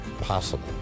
possible